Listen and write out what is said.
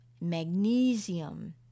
magnesium